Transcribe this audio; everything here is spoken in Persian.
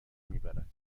میبرد